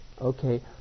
Okay